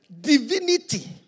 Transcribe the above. divinity